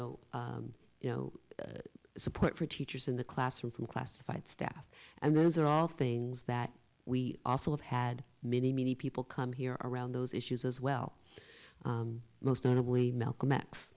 know you know support for teachers in the classroom from classified staff and those are all things that we also have had many many people come here around those issues as well most notably melco